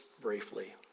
briefly